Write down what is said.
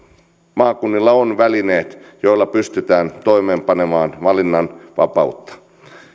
maakunnilla on välineet joilla pystytään toimeenpanemaan valinnanvapautta